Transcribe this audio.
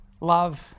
love